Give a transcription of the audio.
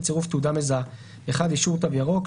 בצירוף תעודה מזהה: אישור "תו ירוק".